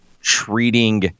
treating